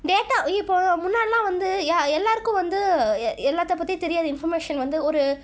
data இப்போது முன்னாடிலாம் வந்து ஏ எல்லோருக்கும் வந்து எ எல்லாத்த பற்றி தெரியாத இன்ஃபர்மேஷன் வந்து ஒரு